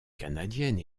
canadienne